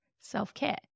self-care